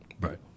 right